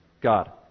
God